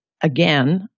again